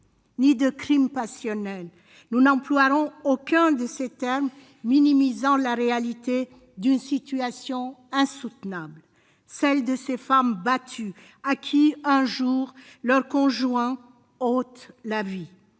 ni de « crimes passionnels ». Nous n'emploierons aucun de ces termes minimisant la réalité d'une situation insoutenable, celle de ces femmes battues à qui, un jour, leur conjoint ôte la vie.